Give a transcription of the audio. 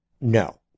No